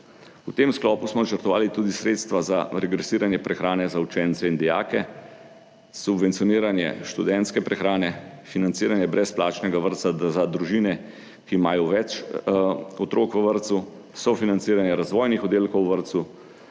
V tem sklopu smo načrtovali tudi sredstva za regresiranje prehrane za učence in dijake, subvencioniranje študentske prehrane, financiranje brezplačnega vrtca za družine, ki imajo več otrok v vrtcu, sofinanciranje razvojnih oddelkov v vrtcu,